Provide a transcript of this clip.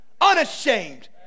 unashamed